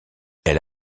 elle